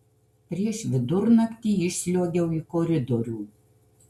prieš vidurnaktį išsliuogiau į koridorių